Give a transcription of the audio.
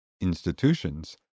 institutions